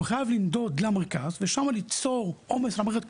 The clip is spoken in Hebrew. הוא חייב לנדוד למרכז ושם ליצור עומס על המערכת,